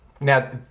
Now